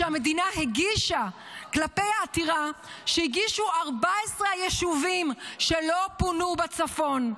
שהמדינה הגישה כלפי העתירה שהגישו 14 היישובים שלא פונו בצפון.